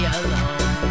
alone